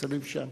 ומהספסלים שם.